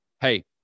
Hey